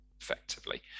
effectively